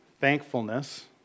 thankfulness